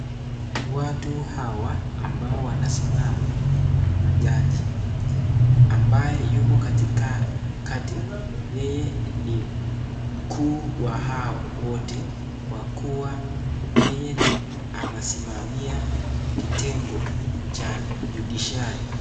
Watu hawa ambao wanasimama ni majaji. Ambaye yumo katika kati yeye ni mkuu wa hao wote kwa kuwa yeye anasimamia kitengo cha judiciary .